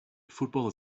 football